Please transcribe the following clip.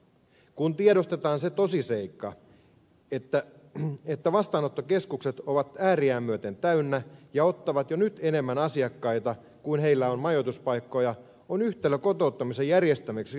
kun tiedostetaan se tosiseikka että vastaanottokeskukset ovat ääriään myöten täynnä ja ottavat jo nyt enemmän asiakkaita kuin heillä on majoituspaikkoja on yhtälö kotouttamisen järjestämiseksi vähintään haasteellinen